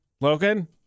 Logan